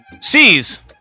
C's